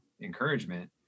encouragement